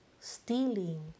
stealing